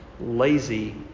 Lazy